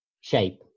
shape